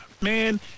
Man